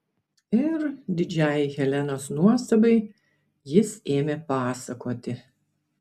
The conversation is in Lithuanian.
ir didžiai helenos nuostabai jis ėmė pasakoti